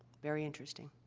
very interesting.